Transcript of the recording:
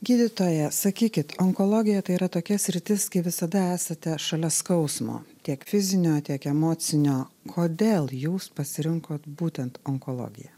gydytoja sakykit onkologija tai yra tokia sritis kaip visada esate šalia skausmo tiek fizinio tiek emocinio kodėl jūs pasirinkot būtent onkologiją